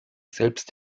selbst